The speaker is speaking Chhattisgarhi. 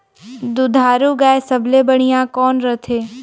दुधारू गाय सबले बढ़िया कौन रथे?